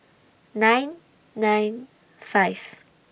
nine nine five